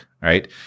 right